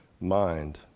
mind